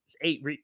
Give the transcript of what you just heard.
eight